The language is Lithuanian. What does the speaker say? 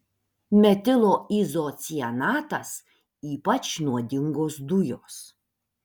metilo izocianatas ypač nuodingos dujos